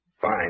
Fine